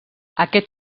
aquest